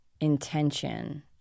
intention